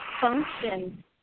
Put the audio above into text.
function